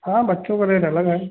हाँ बच्चों का रेट अलग है